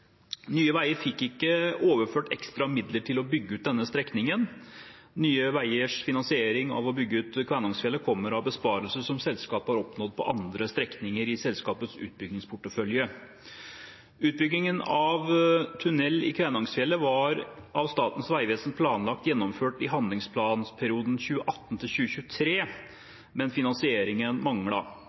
Nye Veier fikk ikke overført ekstra midler til å bygge ut denne strekningen. Nye Veiers finansiering av utbyggingen på Kvænangsfjellet kommer av besparelser som selskapet har oppnådd på andre strekninger i selskapets utbyggingsportefølje. Utbyggingen av tunnel i Kvænangsfjellet var av Statens vegvesen planlagt gjennomført i